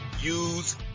use